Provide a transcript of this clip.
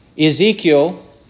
Ezekiel